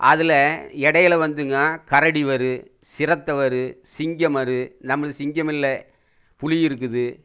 அதில் இடையில வந்துங்க கரடி வரும் சிறுத்தை வரும் சிங்கம் வரும் நம்மளுக்கு சிங்கம் இல்லை புலி இருக்குது